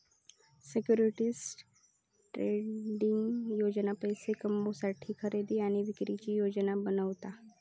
securities trading योजना पैशे कमवुसाठी खरेदी आणि विक्रीची योजना बनवता